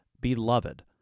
Beloved